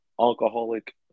alcoholic